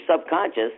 subconscious